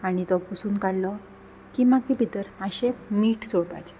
आनी तो पुसून काडलो की मागीर भितर मातशें मीठ चोळपाचें